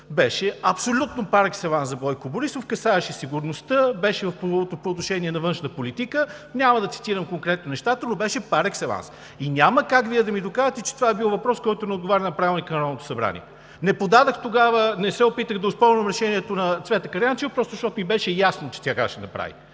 беше абсолютно парекселанс за Бойко Борисов – касаеше сигурността, беше по отношение на външната политика, няма да цитирам конкретно нещата, но беше парекселанс. Няма как Вие да ми докажете, че това е бил въпрос, който не отговаря на Правилника на Народното събрание. Не се опитах да оспорвам решението на Цвета Караянчева, просто защото ми беше ясно, че тя така ще направи.